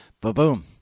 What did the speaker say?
ba-boom